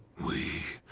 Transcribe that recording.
we,